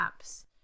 apps